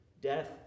death